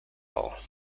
role